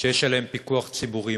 שיש עליהן פיקוח ציבורי.